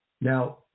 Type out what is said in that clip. Now